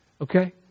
Okay